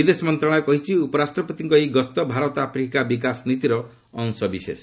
ବିଦେଶ ମନ୍ତାଳୟ କହିଛି ଉପରାଷ୍ଟ୍ରପତିଙ୍କ ଏହି ଗସ୍ତ ଭାରତ ଆଫ୍ରିକା ବିକାଶ ନୀତିର ଅଂଶବିଶେଷ